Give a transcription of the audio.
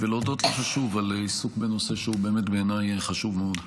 ואני רוצה להודות לך שוב על עיסוק בנושא שבעיניי הוא חשוב מאוד.